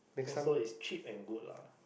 also is cheap and good lah